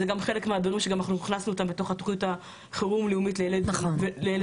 זה גם חלק שאנחנו הכנסנו אותם בתוך תוכנית החירום הלאומית לילד ונוער,